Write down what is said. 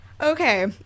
Okay